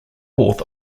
fourth